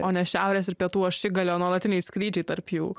o ne šiaurės ir pietų ašigalio nuolatiniai skrydžiai tarp jų